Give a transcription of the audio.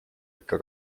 ikka